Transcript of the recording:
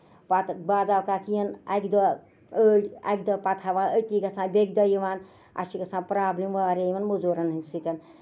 پَتہٕ بعض اوقات یِنۍ اَکہِ دۄہ أڑۍ اَکہِ دۄہ پَتہٕ تھاوان أتی گژھان بیٚیہِ کہِ دۄہ یِوان اَسہِ چہِ گژھان پروبلِم واریاہ یِمن موزوٗرَن ہِند سۭتۍ